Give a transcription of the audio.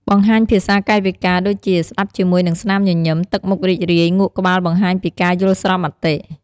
បង្ហាញភាសាកាយវិការដូចជា ស្តាប់ជាមួយនឹងស្នាមញញឹម ទឹកមុខរីករាយ ងក់ក្បាលបង្ហាញពីការយល់ស្របមតិ។